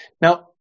Now